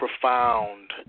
profound